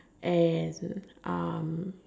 and um